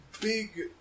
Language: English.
big